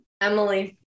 Emily